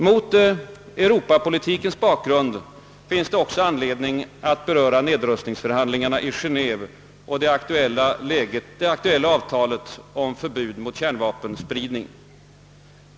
Mot europapolitikens bakgrund finns det också anledning att beröra nedrustningsförhandlingarna i Geneve och det aktuella avtalet om förbud mot kärnvapenspridning.